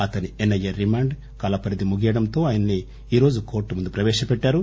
అతని S I A remand కాలపరిధి ముగియడంతో ఆయన్ని ఈరోజు కోర్టు ముందు ప్రవేశపెట్టారు